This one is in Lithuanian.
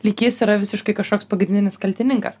lyg jis yra visiškai kažkoks pagrindinis kaltininkas